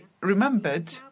remembered